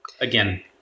again